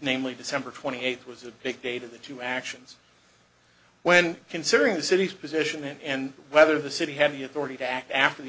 namely december twenty eighth was a bit dated the two actions when considering the city's position and whether the city had the authority to act after the